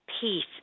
peace